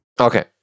Okay